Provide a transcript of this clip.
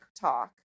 talk